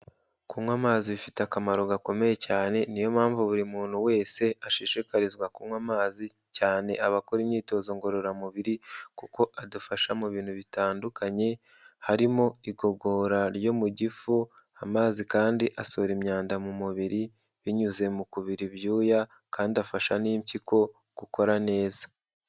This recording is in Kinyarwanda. Kunywa amazi bifite akamaro gakomeye cyane, ni yo mpamvu buri muntu wese ashishikarizwa kunywa amazi cyane abakora imyitozo ngororamubiri, kuko adufasha mu bintu bitandukanye harimo igogora ryo mu gifu, amazi kandi asohora imyanda mu mubiri binyuze mu kubira ibyuya kandi afasha n'impyiko gukora neza.